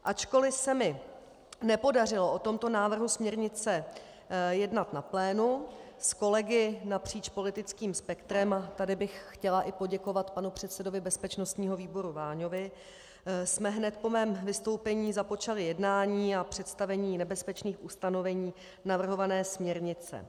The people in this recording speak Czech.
Ačkoliv se mi nepodařilo o tomto návrhu směrnice jednat na plénu, s kolegy napříč politickým spektrem, a tady bych chtěla i poděkovat panu předsedovi bezpečnostního výboru Váňovi, hned po mém vystoupení jsme započali jednání a představení nebezpečných ustanovení navrhované směrnice.